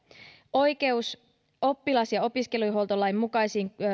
oikeus oppilas ja opiskeluhuoltolain mukaisiin